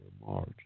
March